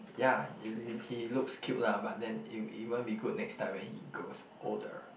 yeah he looks cute lah but then it it won't be good next time when he grows older